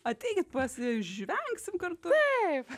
ateikit pasižvengsim kartu taip